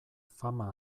fama